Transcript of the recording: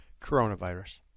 Coronavirus